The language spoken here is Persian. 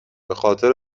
بخاطر